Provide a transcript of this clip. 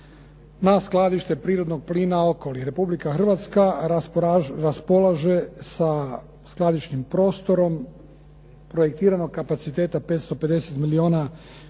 na skladište prirodnog plima …/Govornik se ne razumije./…. Republika Hrvatska raspolaže sa skladišnim prostorom, projektiranog kapaciteta 550 milijuna kubičnih